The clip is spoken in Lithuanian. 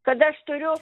kad aš turiu